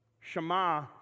Shema